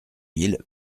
mille